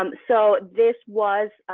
um so this was